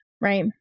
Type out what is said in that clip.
right